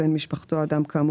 האיגודים.